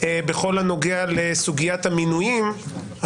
בכל הנוגע לסוגיית המינויים,